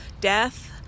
death